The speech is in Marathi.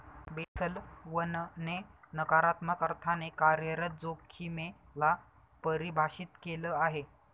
बेसल वन ने नकारात्मक अर्थाने कार्यरत जोखिमे ला परिभाषित केलं आहे